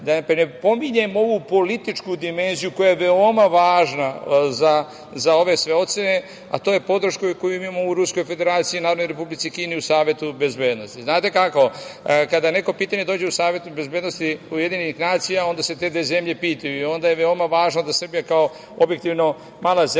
da ne pominjem ovu političku dimenziju koja je veoma važna za ove sve ocene, a to je podrška koju mi imamo u Ruskoj Federaciji i Narodnoj Republici Kini u Savetu bezbednosti. Znate kako, kada neko pitanje dođe u Savet bezbednosti UN, onda se te dve zemlje pitaju i onda je veoma važno da Srbija kao objektivno mala zemlja